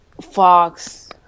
Fox